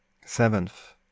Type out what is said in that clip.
Seventh